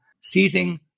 seizing